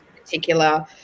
particular